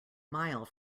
mile